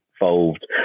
involved